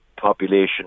population